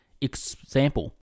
Example